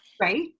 right